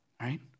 right